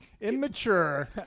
immature